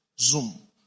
Zoom